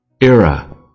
Era